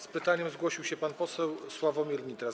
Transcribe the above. Z pytaniem zgłosił się pan poseł Sławomir Nitras.